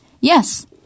Yes